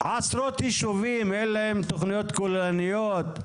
עשרות ישובים אין להם תוכניות כוללניות,